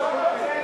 האוצר,